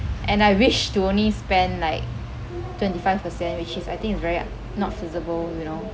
and I wish to only spend like twenty five percent which is I think is very uh not feasible you know